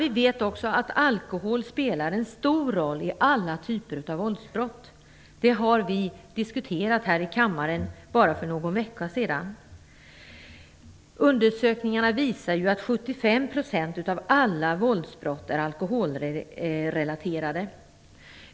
Vi vet också att alkohol spelar en stor roll i alla typer av våldsbrott. Det har vi diskuterat här i kammaren för bara någon vecka sedan. Undersökningar visar att 75 % av alla våldsbrott är alkoholrelaterade.